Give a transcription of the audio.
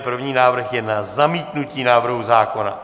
První návrh je na zamítnutí návrhu zákona.